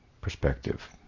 perspective